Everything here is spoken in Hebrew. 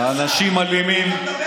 אתה מדבר על אלימות?